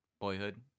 boyhood